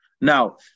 Now